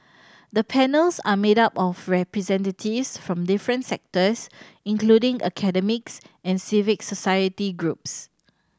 the panels are made up of representatives from different sectors including academics and civic society groups